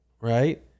right